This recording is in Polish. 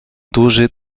duży